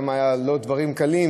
ששם לא היו דברים קלים,